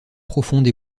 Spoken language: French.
profonde